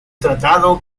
tratado